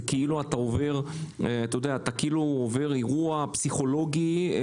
זה כאילו שאתה עובר אירוע פסיכולוגי-כלכלי-חברתי.